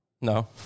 No